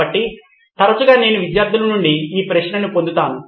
కాబట్టి తరచుగా నేను విద్యార్థుల నుండి ఈ ప్రశ్నను పొందుతాను